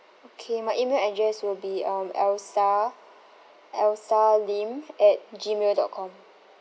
okay my email address will be um elsa elsa lim at gmail dot com